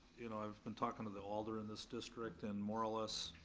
you know, i've been talking to the alder in this district, and more or less,